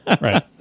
Right